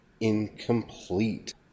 incomplete